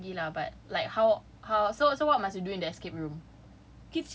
I tak pernah pergi lah but like how so so what must you do in that escape room